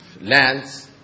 lands